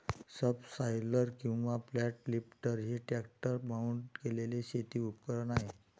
subsoiler किंवा flat lifter हे tractor mount केलेले शेती उपकरण आहे